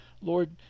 Lord